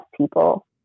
people